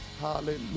Hallelujah